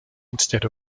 instead